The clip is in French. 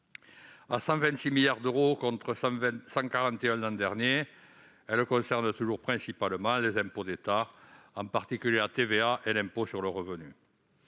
À 126 milliards d'euros contre 141 milliards l'an dernier, elle concerne toujours principalement les impôts d'État, en particulier la TVA et l'impôt sur le revenu.